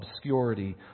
obscurity